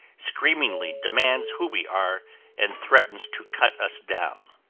screamingly demands who we are and threatens to cut us down.